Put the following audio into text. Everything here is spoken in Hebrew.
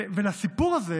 ובסיפור הזה